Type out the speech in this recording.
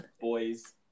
boys